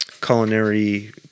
culinary